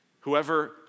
Whoever